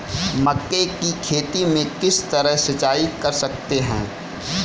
मक्के की खेती में किस तरह सिंचाई कर सकते हैं?